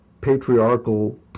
patriarchal